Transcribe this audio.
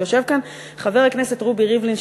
ויושב כאן חבר הכנסת רובי ריבלין,